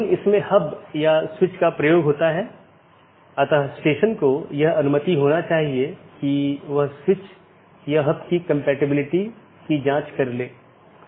इसलिए मैं AS के भीतर अलग अलग तरह की चीजें रख सकता हूं जिसे हम AS का एक कॉन्फ़िगरेशन कहते हैं